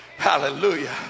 Hallelujah